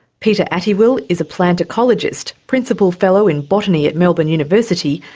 peter attiwill is a plant ecologist, principal fellow in botany at melbourne university,